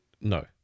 No